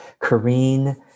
Kareen